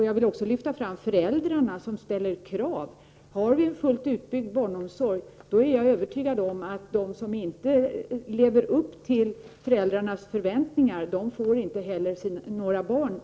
Jag vill också lyfta fram föräldrarna som ställer krav. Jag är övertygad om att om vi har en fullt utbyggd barnomsorg får de verksamheter som inte lever upp till föräldrarnas förväntningar inte heller några barn.